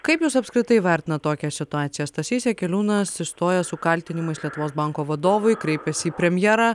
kaip jūs apskritai vertinat tokią situaciją stasys jakeliūnas išstoja su kaltinimais lietuvos banko vadovui kreipiasi į premjerą